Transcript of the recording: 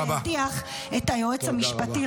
כשהדיח את היועץ המשפטי --- תודה רבה.